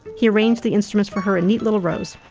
he arranged the instruments for her in neat little rows.